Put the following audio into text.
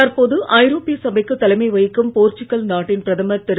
தற்போது ஐரோப்பிய சபைக்கு தலைமை வகிக்கும் போர்ச்சுகல் நாட்டின் பிரதமர் திரு